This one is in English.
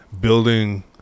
building